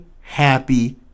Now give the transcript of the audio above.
happy